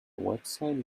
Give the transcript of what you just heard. website